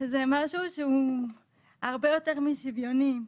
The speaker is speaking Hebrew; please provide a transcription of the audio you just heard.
זה משהו שהוא הרבה יותר משוויוני.